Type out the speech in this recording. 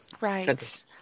Right